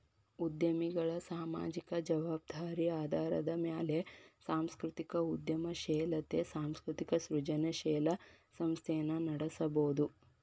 ಉದ್ಯಮಿಗಳ ಸಾಮಾಜಿಕ ಜವಾಬ್ದಾರಿ ಆಧಾರದ ಮ್ಯಾಲೆ ಸಾಂಸ್ಕೃತಿಕ ಉದ್ಯಮಶೇಲತೆ ಸಾಂಸ್ಕೃತಿಕ ಸೃಜನಶೇಲ ಸಂಸ್ಥೆನ ನಡಸಬೋದು